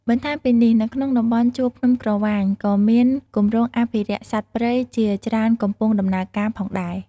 បន្ថែមពីនេះនៅក្នុងតំបន់ជួរភ្នំក្រវាញ ក៏មានគម្រោងអភិរក្សសត្វព្រៃជាច្រើនកំពុងដំណើរការផងដែរ។